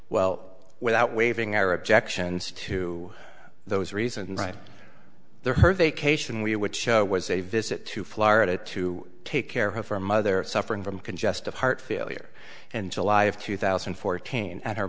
well without waiving our objections to those reasons right there her vacation we would show was a visit to florida to take care of her mother suffering from congestive heart failure in july of two thousand and fourteen and her